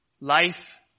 life